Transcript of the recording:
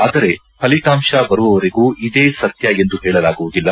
ಆದರೆ ಫಲಿತಾಂಶ ಬರುವವರೆಗೂ ಇದೇ ಸತ್ಯ ಎಂದು ಹೇಳಲಾಗುವುದಿಲ್ಲ